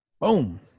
Boom